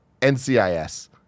NCIS